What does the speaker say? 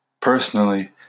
Personally